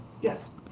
Yes